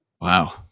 Wow